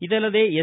ಇದಲ್ಲದೆ ಎಸ್